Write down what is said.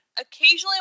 Occasionally